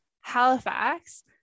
Halifax